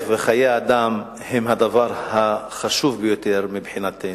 חיי האדם יהיה הדבר החשוב ביותר מבחינתנו.